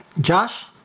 Josh